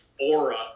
Aura